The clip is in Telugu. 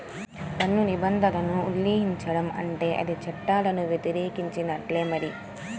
పన్ను నిబంధనలను ఉల్లంఘించడం అంటే అది చట్టాలను వ్యతిరేకించినట్టే మరి